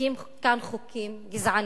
מחוקקים כאן חוקים גזעניים.